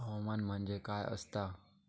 हवामान म्हणजे काय असता?